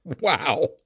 Wow